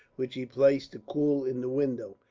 which he placed to cool in the window.